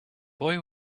boy